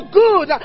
good